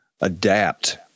adapt